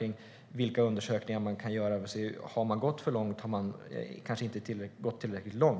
om vilka undersökningar man kan göra. Har man gått för långt eller inte gått tillräckligt långt?